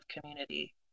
community